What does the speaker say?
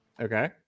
Okay